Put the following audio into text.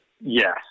Yes